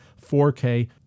4K